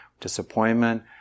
disappointment